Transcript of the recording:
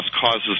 causes